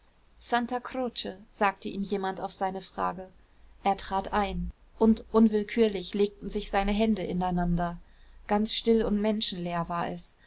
santa croce sagte ihm jemand auf seine frage er trat ein und unwillkürlich legten sich seine hände ineinander ganz still und menschenleer war es